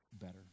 better